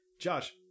Josh